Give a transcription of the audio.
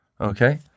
Okay